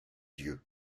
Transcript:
dieu